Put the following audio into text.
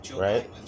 Right